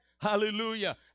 Hallelujah